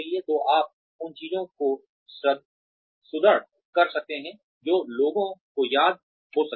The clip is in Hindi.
तो आप उन चीजों को सुदृढ़ कर सकते हैं जो लोगों को याद हो सकती हैं